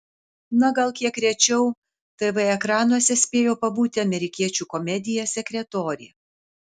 na gal kiek rečiau tv ekranuose spėjo pabūti amerikiečių komedija sekretorė